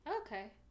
Okay